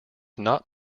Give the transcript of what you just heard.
not